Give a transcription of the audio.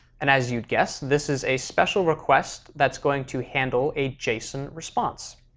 and as you'd guess this is a special request that's going to handle a json response.